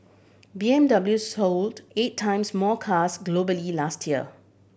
B M W sold eight times more cars globally last year